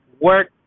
work